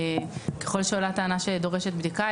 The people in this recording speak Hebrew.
ככל שעולה טענה שדורשת בדיקה,